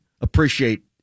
appreciate